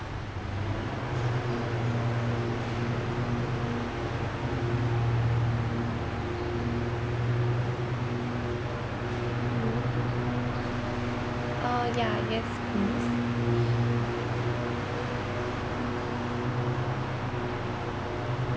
uh yeah yes please